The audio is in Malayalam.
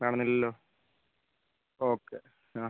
വേണമെന്ന് ഇല്ലല്ലോ ഓക്കെ ആ